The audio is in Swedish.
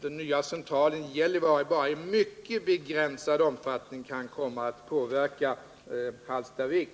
den nya centralen i Gällivare bara i mycket begränsad omfattning kan komma att påverka situationen i Hallstavik.